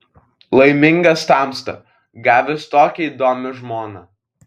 laimingas tamsta gavęs tokią įdomią žmoną